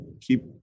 keep